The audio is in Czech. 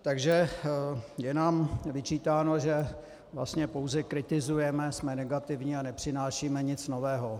Takže je nám vyčítáno, že vlastně pouze kritizujeme, jsme negativní a nepřinášíme nic nového.